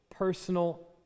Personal